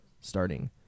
starting